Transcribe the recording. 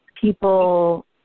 people